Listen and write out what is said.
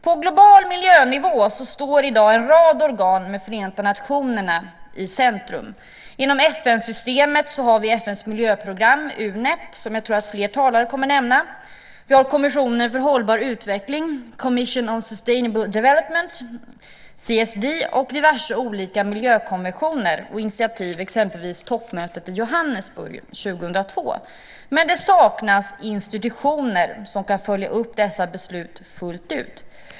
På global miljönivå står i dag en rad organ med Förenta nationerna i centrum. Inom FN-systemet har vi FN:s miljöprogram, UNEP, som jag tror att fler talare kommer att nämna. Vi har Kommissionen för hållbar utveckling, Commission on Sustainable Development, CSD, och diverse olika miljökonventioner och initiativ, exempelvis toppmötet i Johannesburg 2002. Men det saknas institutioner som kan följa upp dessa beslut fullt ut.